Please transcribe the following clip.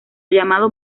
llamado